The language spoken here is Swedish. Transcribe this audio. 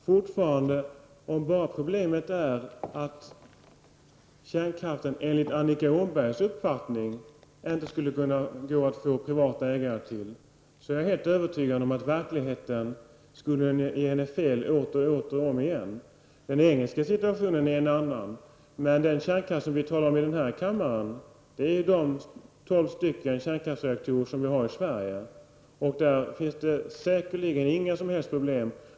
Fru talman! Om problemet, enligt Annika Åhnbergs uppfattning, bara är att kärnkraften ändå skulle kunna gå att få privat ägare till så är jag helt övertygad om att verkligheten skulle ge henne fel åter och åter omigen. Den engelska situationen är en annan. Men den kärnkraft som vi talar om i den här kammaren är de tolv kärnreaktorer vi har i Sverige. Där finns säkerligen inga som helst problem.